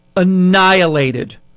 annihilated